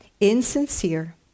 insincere